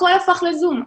הכול הפך לזום,